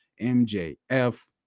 MJF